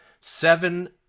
seven